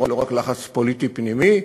לא רק לחץ פוליטי פנימי,